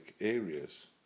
areas